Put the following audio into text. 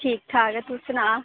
ठीक ठाक ऐ तूं सनाऽ